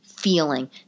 Feeling